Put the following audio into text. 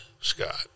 Scott